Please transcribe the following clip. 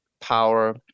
power